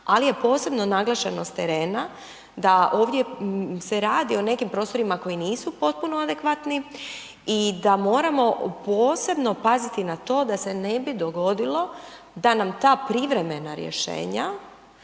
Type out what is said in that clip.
ali je posebno naglašenost terena da ovdje se radi o nekim prostorima koji nisu potpuno adekvatni i da moramo posebno paziti na to da se ne bi dogodilo da nam ta privremena rješenja